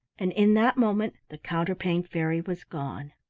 and in that moment the counterpane fairy was gone.